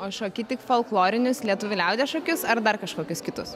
o šoki tik folklorinius lietuvių liaudies šokius ar dar kažkokius kitus